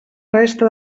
resta